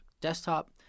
desktop